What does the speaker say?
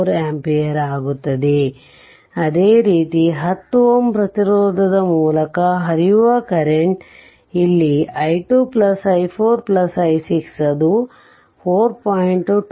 74 ampere ಆಗುತ್ತದೆ ಅದೇ ರೀತಿ 10 Ω ಪ್ರತಿರೋಧದ ಮೂಲಕ ಹರಿಯುವ ಕರೆಂಟ್ ಇಲ್ಲಿ i2 i4i6 ಅದು 4